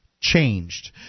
changed